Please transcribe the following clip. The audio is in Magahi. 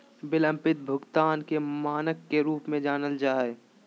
बिलम्बित भुगतान के मानक के रूप में जानल जा हइ